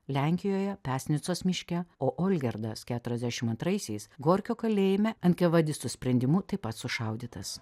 lenkijoje pesnicos miške o olgirdas keturiasdešim atraisiais gorkio kalėjime enkavedistų sprendimu taip pat sušaudytas